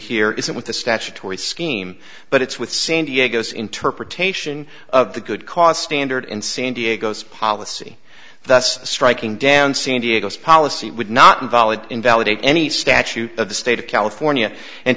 it with the statutory scheme but it's with san diego's interpretation of the good cause standard in san diego's policy that's striking down seeing diego's policy would not invalid invalidate any statute of the state of california and